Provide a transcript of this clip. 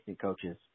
coaches